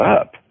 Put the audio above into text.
up